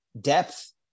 depth